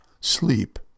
Sleep